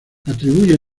atribuye